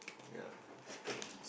ya circle